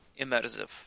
immersive